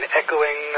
echoing